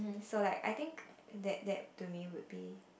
so like I think that that to me would be